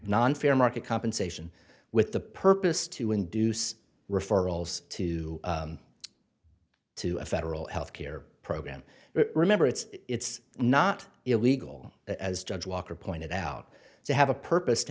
non fair market compensation with the purpose to induce referrals to to a federal health care program remember it's not illegal as judge walker pointed out to have a purpose to